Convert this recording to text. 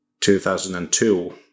2002